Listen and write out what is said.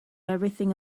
everything